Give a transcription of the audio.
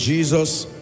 Jesus